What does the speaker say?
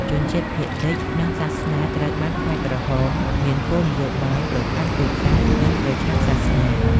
ជនជាតិភាគតិច និងសាសនាត្រូវបានខ្មែរក្រហមមានគោលនយោបាយប្រកាន់ពូជសាសន៍ និងប្រឆាំងសាសនា។